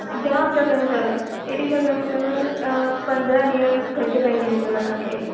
जामु जॻहियूं अथव हेॾी जॻहियूं अथव तव्हां पंदिरहं ॾींहं घटि पंहिंजी वेंदव तव्हांखे